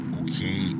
okay